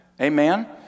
Amen